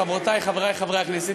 חברותי וחברי חברי הכנסת,